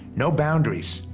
no boundaries,